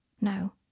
No